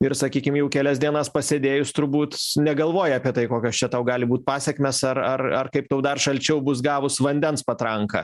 ir sakykim jau kelias dienas pasėdėjus turbūt negalvoji apie tai kokios čia tau gali būt pasekmės ar ar ar kaip tau dar šalčiau bus gavus vandens patranką